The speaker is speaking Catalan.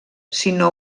sinó